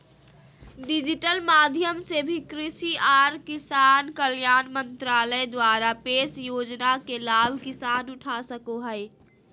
digital माध्यम से भी कृषि आर किसान कल्याण मंत्रालय द्वारा पेश योजना के लाभ किसान उठा सको हय